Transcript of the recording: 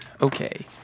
Okay